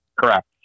Correct